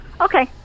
Okay